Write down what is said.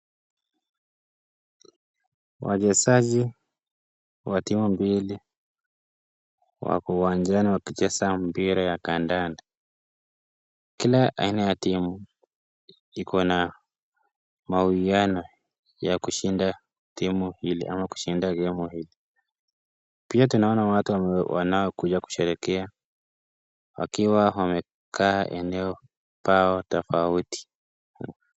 Wachezaji wa timu mbili wako uwanjani wakicheza mpira ya kandanda, kila aina ya timu iko na mauiano ya kushinda timu hili ama kushinda gamu hili, pia tunaona watu wanaokuja kusherehekea wakiwa wamekaa eneo pao tofauti.